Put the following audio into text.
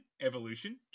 Evolution